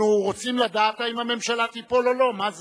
אנחנו רוצים לדעת אם הממשלה תיפול או לא, מה זה?